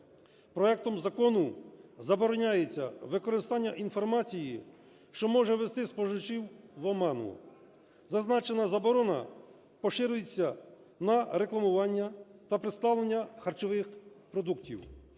Проектом закону забороняється використання інформації, що може ввести споживачів в оману. Зазначена заборона поширюється на рекламування та представлення харчових продуктів.